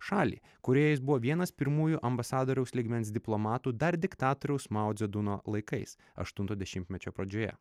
šalį kurioje jis buvo vienas pirmųjų ambasadoriaus lygmens diplomatų dar diktatoriaus maudzeduno laikais aštunto dešimtmečio pradžioje